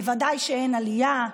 בוודאי שאין עלייה.